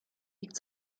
liegt